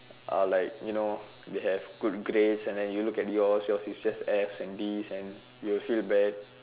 are like you know they have good grades and you look at yours yours is just Fs and Ds and you will feel bad